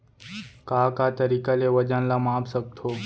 का का तरीक़ा ले वजन ला माप सकथो?